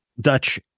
Dutch